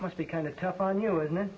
it must be kind of tough on you and then